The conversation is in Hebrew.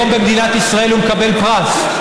היום במדינת ישראל הוא מקבל פרס.